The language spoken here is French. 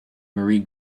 mary